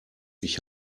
ich